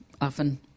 often